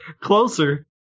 Closer